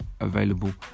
available